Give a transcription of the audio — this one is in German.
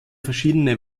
verschiedene